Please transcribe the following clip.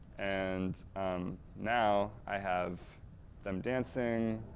and now, i have them dancing,